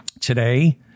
today